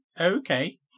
Okay